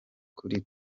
kuri